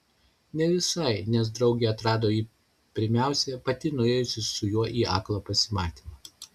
ne visai nes draugė atrado jį pirmiausia pati nuėjusi su juo į aklą pasimatymą